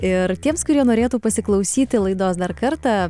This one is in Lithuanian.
ir tiems kurie norėtų pasiklausyti laidos dar kartą